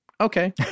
Okay